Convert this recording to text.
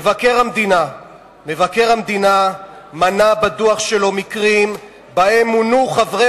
שמבקר המדינה מנה בדוח שלו מקרים שבהם מונו חברי